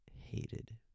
hated